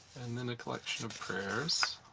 and then a collection of prayers.